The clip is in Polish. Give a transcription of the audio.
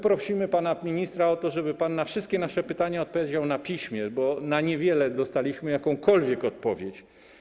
Prosimy pana ministra o to, żeby pan na wszystkie nasze pytania odpowiedział na piśmie, bo na niewiele z nich dostaliśmy jakąkolwiek odpowiedź.